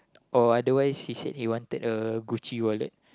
or otherwise he said he wanted a Gucci wallet